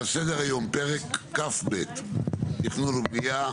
סדר-היום פרק כ"ב תכנון ובנייה,